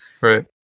Right